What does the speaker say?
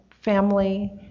family